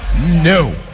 No